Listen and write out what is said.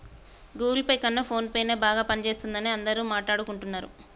Google pay కన్నా ఫోన్పేనే బాగా పనిజేత్తందని అందరూ మాట్టాడుకుంటన్నరు